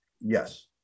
Yes